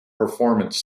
performance